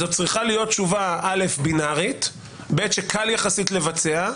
זו צריכה להיות א', בינרית, ב', שקל יחסית לבצע,